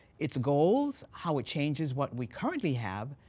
its goals, how it changes what we currently have,